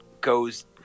goes